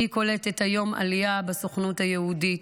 היא קולטת היום עלייה בסוכנות היהודית.